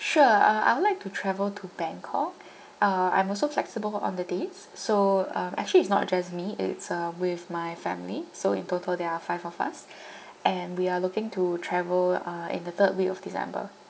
sure uh I would like to travel to bangkok uh I'm also flexible on the dates so um actually it's not just me it's uh with my family so in total there are five of us and we are looking to travel uh in the third week of december